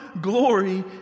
glory